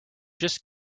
just